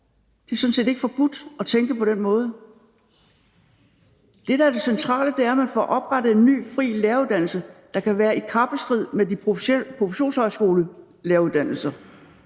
Det er sådan set ikke forbudt at tænke på den måde. Det, der er det centrale, er, at man får oprettet en ny, fri læreruddannelse, der kan være i kappestrid med professionshøjskolelæreruddannelser.